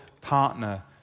partner